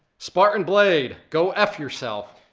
spartanblade, go eff yourself.